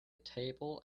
table